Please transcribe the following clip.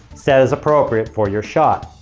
set as appropriate for your shot.